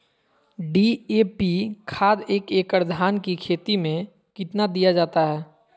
DAP खाद एक एकड़ धान की खेती में कितना दीया जाता है?